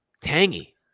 Tangy